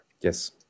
Yes